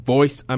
Voice